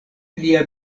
lia